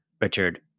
Richard